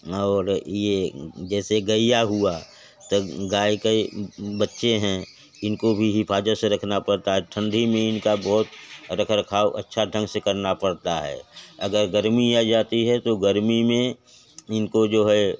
और ये जैसे गैया हुआ तो गाय का ये बच्चे हैं इनको भी हिफाजत से रखना पड़ता है ठंडी में इनका बहुत रख रखाव अच्छा ढंग से करना पड़ता है अगर गर्मी आ जाती है तो गर्मी में इनको जो है